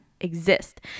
exist